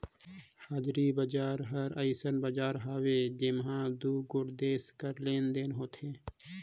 हाजरी बजार हर अइसन बजार हवे जेम्हां दुगोट देस कर लेन देन होथे